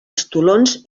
estolons